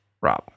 Rob